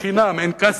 חינם אין כסף,